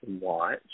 watch